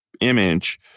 image